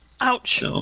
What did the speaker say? Ouch